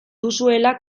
duzuela